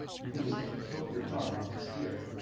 you can just tilt your phone to steer,